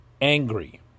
angry